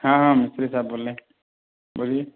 ہاں ہاں مستری صاحب بول رہے ہیں بولیے